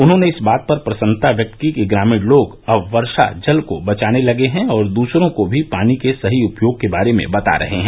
उन्होंने इस बात पर प्रसन्नता व्यक्त की कि ग्रामीण लोग अब वर्षा जल को बचाने लगे हैं और दूसरों को भी पानी के सही उपयोग के बारे में बता रहे हैं